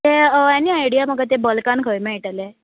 तें any idea म्हाका तें बल्कान खंय मेळटलें